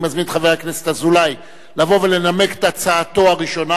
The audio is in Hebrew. אני מזמין את חבר הכנסת אזולאי לבוא ולנמק את הצעתו הראשונה,